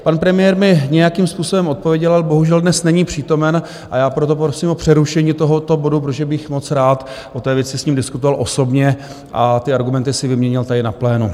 Pan premiér mi nějakým způsobem odpověděl, ale bohužel dnes není přítomen, a já proto, prosím o přerušení tohoto bodu, protože bych moc rád o té věci s ním diskutoval osobně a ty argumenty si vyměnil tady na plénu.